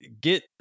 get